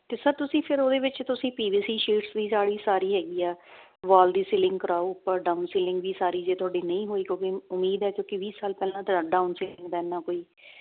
ਤੇ ਸਰ ਤੁਸੀਂ ਫਿਰ ਉਹਦੇ ਵਿੱਚ ਤੁਸੀਂ ਪੀਵੀਸੀ ਸ਼ੀਟਸ ਦੀ ਜਾਲੀ ਸਾਰੀ ਹੈਗੀ ਆ ਵੋਲ ਦੀ ਸਿਲਿੰਗ ਕਰਾਓ ਉਪਰ ਡਾਊਨ ਸਿਲਿੰਗ ਵੀ ਸਾਰੀ ਜੇ ਤੁਹਾਡੀ ਨਹੀਂ ਹੋਈ ਕਿਉਂਕੀ ਉਮੀਦ ਐ ਕਿਉਂਕੀ ਵੀਹ ਸਾਲ ਪਹਿਲਾਂ ਤਾਂ ਡਾਊਨ ਸਿਲਿੰਗ ਦਾ ਇਨਾ ਕੋਈ